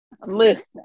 Listen